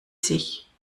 sich